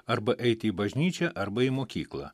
arba eiti į bažnyčią arba į mokyklą